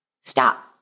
stop